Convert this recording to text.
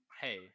Hey